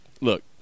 look